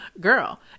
girl